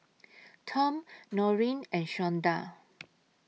Tom Noreen and Shonda